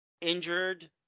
injured